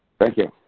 thank you.